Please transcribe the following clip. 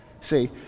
See